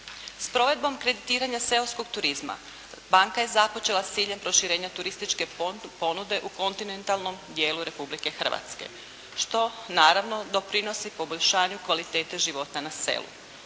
S provedbom kreditiranja seoskog turizma banka je započela s ciljem proširenja turističke ponude u kontinentalnom dijelu Republike Hrvatske što naravno doprinosi poboljšanju kvalitete života na selu.